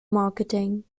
marketing